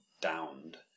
downed